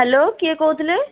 hello କିଏ କହୁଥିଲେ